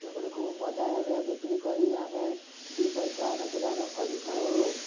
ସେଗୁଡ଼ିକୁ ବଜାରରେ ବିକ୍ରୀ କରି ଆମେ ଦୁଇ ପଇସା ରୋଜଗାର କରିଥାଉ